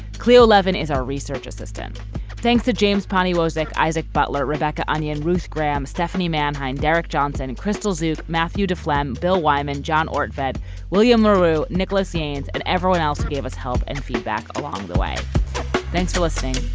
cleo levin is our research assistant thanks to james poniewozik isaac butler rebecca onion ruth graham stephanie manheim derrick johnson and crystal zouk matthew to phlegm. bill wyman john ord vet william larue nicholas haynes and everyone else who gave us help and feedback along the way thanks for listening.